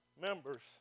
members